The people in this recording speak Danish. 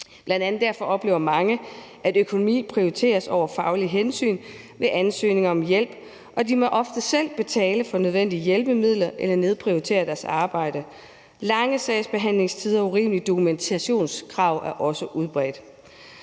Bl.a. derfor oplever mange, at økonomi prioriteres over faglige hensyn ved ansøgninger om hjælp, og de må ofte selv betale for nødvendige hjælpemidler eller nedprioritere deres arbejde. Lange sagsbehandlingstider og urimelige dokumentationskrav er også udbredt.